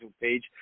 page